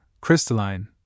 Crystalline